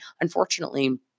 unfortunately